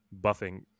buffing